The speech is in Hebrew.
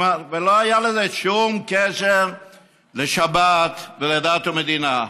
ולא היה לזה שום קשר לשבת ולדת ומדינה.